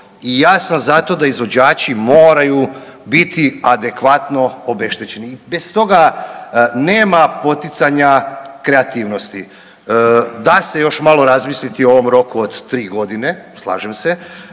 i ja sam zato da izvođači moraju biti adekvatno obeštećeni i bez toga nema poticanja kreativnosti. Da se još malo razmisliti o ovom roku od tri godine, slažem se